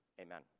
Amen